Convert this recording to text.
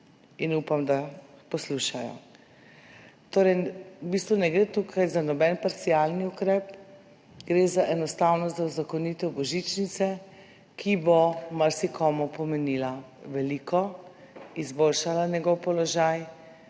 in upam, da poslušajo. V bistvu ne gre tukaj za noben parcialni ukrep, gre enostavno za uzakonitev božičnice, ki bo marsikomu pomenila veliko, izboljšala njegov položaj